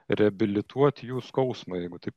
reabilituot jų skausmą jeigu taip